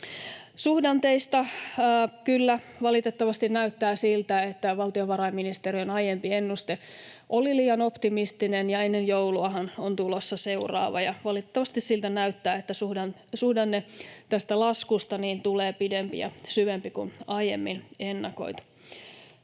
valitettavasti näyttää siltä, että valtiovarainministeriön aiempi ennuste oli liian optimistinen. Ennen jouluahan on tulossa seuraava. Valitettavasti siltä näyttää, että tästä suhdannelaskusta tulee pidempi ja syvempi kuin on aiemmin ennakoitu.